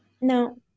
No